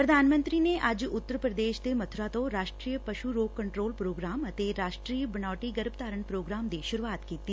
ਪ੍ਰਧਾਨ ਮੰਤਰੀ ਨੇ ਅੱਜ ਉਤਰ ਪ੍ਰਦੇਸ਼ ਦੇ ਮਥੁਰਾ ਤੋਂ ਰਾਸ਼ਟਰੀ ਪਸ੍ਤੂ ਰੋਗ ਕੰਟਰੋਲ ਪ੍ਰੋਗਰਾਮ ਅਤੇ ਰਾਸ਼ਟਰੀ ਬਣਾਉਟੀ ਗਰਭਧਾਰਨ ਪ੍ਰੋਗਰਾਮ ਦੀ ਸੁਰੂਆਤ ਕੀਤੀ